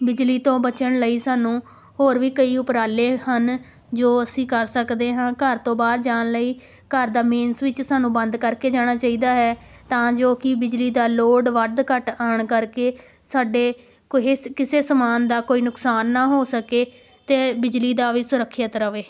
ਬਿਜਲੀ ਤੋਂ ਬਚਣ ਲਈ ਸਾਨੂੰ ਹੋਰ ਵੀ ਕਈ ਉਪਰਾਲੇ ਹਨ ਜੋ ਅਸੀਂ ਕਰ ਸਕਦੇ ਹਾਂ ਘਰ ਤੋਂ ਬਾਹਰ ਜਾਣ ਲਈ ਘਰ ਦਾ ਮੇਨ ਸਵਿੱਚ ਸਾਨੂੰ ਬੰਦ ਕਰਕੇ ਜਾਣਾ ਚਾਹੀਦਾ ਹੈ ਤਾਂ ਜੋ ਕਿ ਬਿਜਲੀ ਦਾ ਲੋਡ ਵੱਧ ਘੱਟ ਆਉਣ ਕਰਕੇ ਸਾਡੇ ਕੋਹੇ ਕਿਸੇ ਸਮਾਨ ਦਾ ਕੋਈ ਨੁਕਸਾਨ ਨਾ ਹੋ ਸਕੇ ਅਤੇ ਬਿਜਲੀ ਦਾ ਵੀ ਸੁਰੱਖਿਅਤ ਰਹੇ